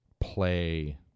play